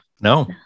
No